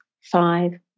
five